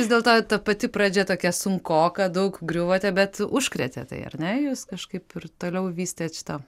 vis dėlto ta pati pradžia tokia sunkoka daug griuvote bet užkrėtė tai ar ne jus kažkaip ir toliau vystėt šitą